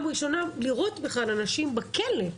הראשונה שבה ראיתי בכלל אנשים שיושבים בכלא.